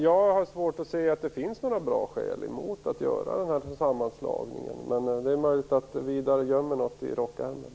Jag har svårt att se att det finns några goda skäl emot en sammanslagning. Men det är möjligt att Widar Andersson gömmer något i rockärmen.